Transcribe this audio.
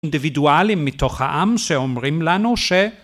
אינדיבידואלים מתוך העם שאומרים לנו ש